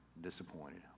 disappointed